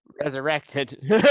resurrected